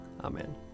Amen